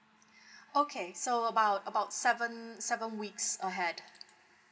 okay so about about seven seven weeks ahead